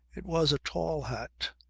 it was a tall hat.